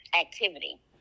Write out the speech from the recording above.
activity